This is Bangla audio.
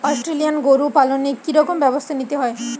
অস্ট্রেলিয়ান গরু পালনে কি রকম ব্যবস্থা নিতে হয়?